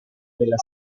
della